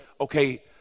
okay